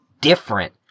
different